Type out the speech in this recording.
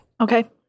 Okay